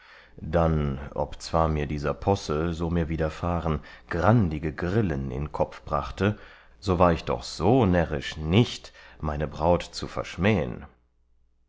dann obzwar mir dieser posse so mir widerfahren grandige grillen in kopf brachte so war ich doch so närrisch nicht meine braut zu verschmähen